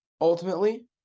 ultimately